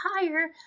higher